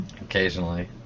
Occasionally